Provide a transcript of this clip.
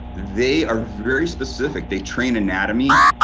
they are very specific, they trained anatomy,